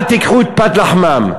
אל תיקחו את פת לחמם.